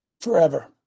forever